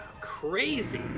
Crazy